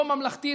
לא ממלכתית,